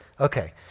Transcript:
Okay